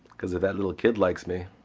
cuz if that little kid likes me,